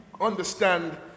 understand